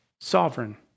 sovereign